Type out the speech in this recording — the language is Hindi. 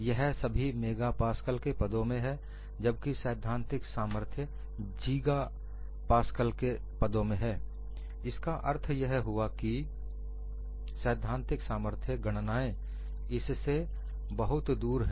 यह सभी मेगापास्कल के पदों में है जबकि सैद्धांतिक सामर्थ्य गीगापास्कल के पदों में है इसका अर्थ यह हुआ कि सैद्धांतिक सामर्थ्य गणनाएं इससे बहुत दूर हैं